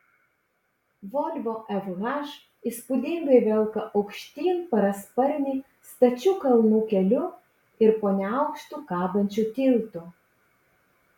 volvo fh įspūdingai velka aukštyn parasparnį stačiu kalnų keliu ir po neaukštu kabančiu tiltu